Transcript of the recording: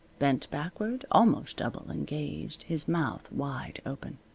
bent backward almost double and gazed, his mouth wide open.